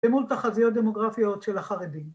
‫מול תחזיות דמוגרפיות של החרדים.